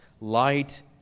light